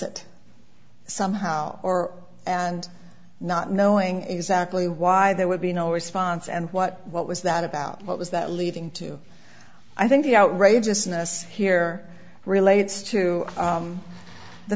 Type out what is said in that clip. complicit somehow or and not knowing exactly why there would be no response and what what was that about what was that leading to i think the outrageousness here relates to